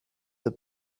the